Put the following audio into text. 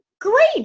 great